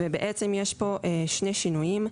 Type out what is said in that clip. ובעצם יש פה שני שינויים: